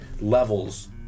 levels